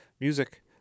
music